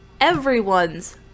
everyone's